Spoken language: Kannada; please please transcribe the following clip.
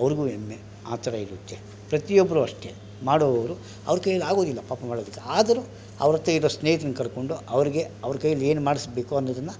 ಅವ್ರಿಗೂ ಹೆಮ್ಮೆ ಆ ಥರ ಇರುತ್ತೆ ಪ್ರತಿಯೊಬ್ಬರೂ ಅಷ್ಟೇ ಮಾಡೋವವರು ಅವ್ರ ಕೈಯಲ್ಲಿ ಆಗೋದಿಲ್ಲ ಪಾಪ ಮಾಡೋದಕ್ಕೆ ಆದರೂ ಅವ್ರತ್ತೆ ಇರೋ ಸ್ನೇಹಿತ್ರನ್ನ ಕರ್ಕೊಂಡು ಅವ್ರಿಗೆ ಅವ್ರ ಕೈಯಲ್ಲಿ ಏನು ಮಾಡಿಸ್ಬೇಕು ಅನ್ನೋದನ್ನು